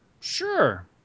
Sure